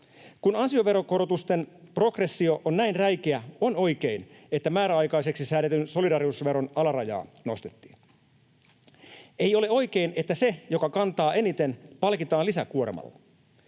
Kun ansioverokorotusten progressio on näin räikeä, on oikein, että määräaikaiseksi säädetyn solidaarisuusveron alarajaa nostettiin. Ei ole oikein, että se, joka kantaa eniten, palkitaan lisäkuormalla.